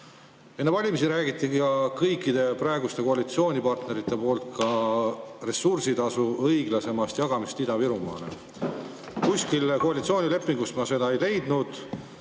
Enne valimisi räägiti kõikide praeguste koalitsioonipartnerite poolt ka ressursitasu õiglasemast jagamisest Ida-Virumaale. Koalitsioonilepingust ma seda ei leidnud.